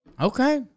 Okay